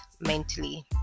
mentally